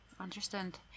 understand